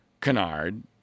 canard